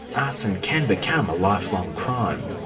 arson can become a lifelong crime.